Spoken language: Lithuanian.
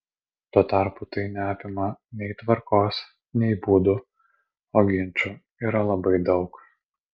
tuo tarpu tai neapima nei tvarkos nei būdų o ginčų yra labai daug